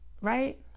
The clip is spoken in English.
right